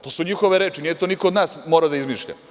To su njihove reči, nije to niko od nas morao da izmišlja.